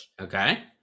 okay